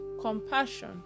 compassion